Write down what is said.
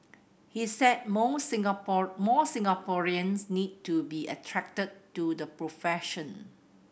he said more more Singaporeans need to be attracted to the profession